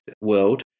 world